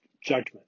judgment